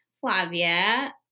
Flavia